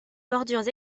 bordures